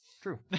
True